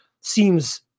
seems